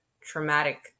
traumatic